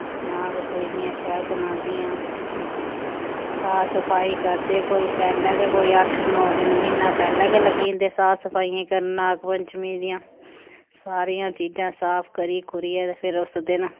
नाग पूजदियां शैल बनांदियां साफ सफाई करदे कोई पैह्लैं गै कोई अट्ठ नौ दिन म्हीना पैह्लैं गै लग्गी जंदे साफ सफाइयां करना नाग पंचमीं दियां सारियां चीजां साफ करी कुरियै ते फिर उस दिन